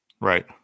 Right